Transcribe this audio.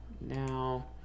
now